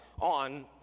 on